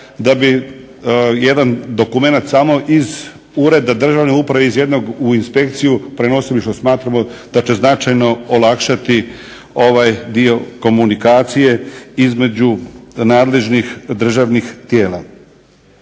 da bi jedan dokumenat samo iz Ureda državne uprave u inspekciju prenosili što smatramo dakle značajno olakšati ovaj dio komunikacije između nadležnih državnih tijela.